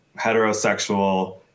heterosexual